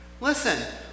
Listen